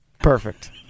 Perfect